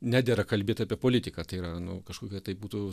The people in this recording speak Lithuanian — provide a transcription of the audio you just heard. nedera kalbėt apie politiką tai yra nu kažkokia tai būtų